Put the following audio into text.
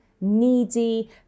needy